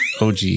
OG